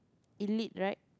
elite right